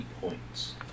points